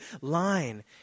line